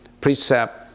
precept